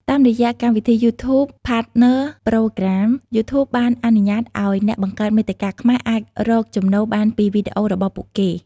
តាមរយៈកម្មវិធី យូធូប ផាតនើ ប្រូក្រាម យូធូបបានអនុញ្ញាតឱ្យអ្នកបង្កើតមាតិកាខ្មែរអាចរកចំណូលបានពីវីដេអូរបស់ពួកគេ។